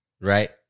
right